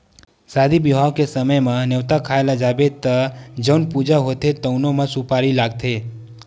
सादी बिहाव के समे म, नेवता खाए ल जाबे त जउन पूजा होथे तउनो म सुपारी लागथे